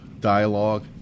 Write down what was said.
dialogue